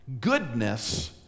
goodness